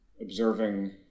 observing